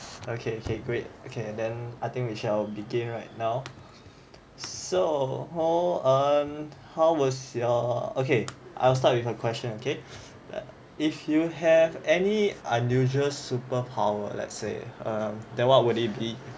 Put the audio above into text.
okay okay great okay and then I think we shall begin right now so how um how was your okay I'll start with a question okay if you have any unusual superpower let's say um then what would it be